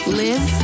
live